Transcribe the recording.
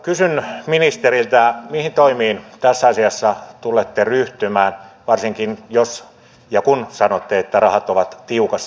kysyn ministeriltä mihin toimiin tässä asiassa tulette ryhtymään varsinkin jos ja kun sanotte että rahat ovat tiukassa